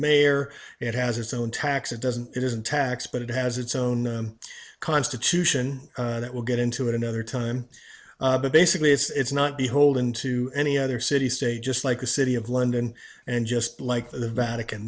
mayor it has its own tax it doesn't it isn't tax but it has its own constitution that will get into it another time but basically it's not beholden to any other city state just like the city of london and just like the vatican